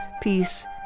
peace